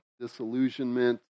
disillusionment